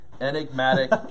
enigmatic